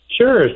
Sure